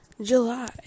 July